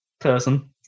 person